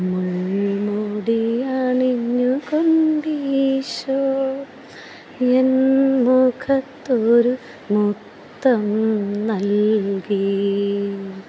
മുൾമുടി അണിഞ്ഞു കൊണ്ടീശോ എൻമുഖത്തൊരു മുത്തം നൽകി